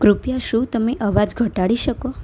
કૃપયા શું તમે અવાજ ઘટાડી શકો